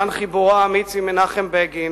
מכאן חיבורו האמיץ עם מנחם בגין,